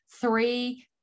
three